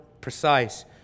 precise